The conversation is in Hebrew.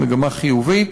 היא מגמה חיובית,